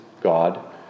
God